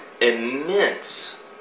immense